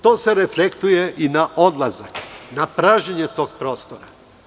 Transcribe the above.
To se reflektuje na odlazak, na pražnjenje tog prostora.